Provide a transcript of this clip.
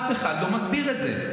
אף אחד לא מסביר את זה.